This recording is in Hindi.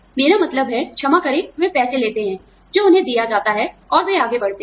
मेरा मतलब है क्षमा करें वे पैसे लेते हैं जो उन्हें दिया जाता है और वे आगे बढ़ते हैं